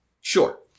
Sure